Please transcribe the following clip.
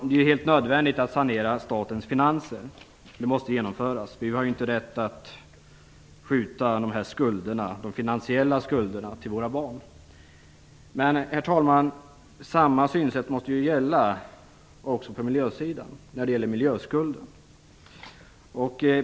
Det är helt nödvändigt att sanera statens finanser. Det måste göras. Vi har inte rätt att skjuta de finansiella skulderna till våra barn. Men, herr talman, samma synsätt måste också gälla miljöskulden.